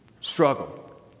struggle